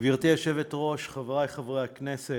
גברתי היושבת-ראש, חברי חברי הכנסת,